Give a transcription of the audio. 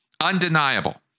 undeniable